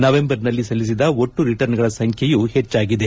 ನವೆಂಬರ್ನಲ್ಲಿ ಸಲ್ಲಿಸಿದ ಒಟ್ಟು ರಿಟರ್ನ್ಗಳ ಸಂಖ್ಯೆಯೂ ಹೆಚ್ಚಾಗಿದೆ